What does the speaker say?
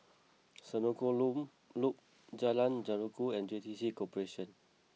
Senoko Loop Loop Jalan Jeruju and J T C Corporation